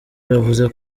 yaravuze